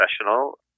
professional